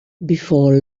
before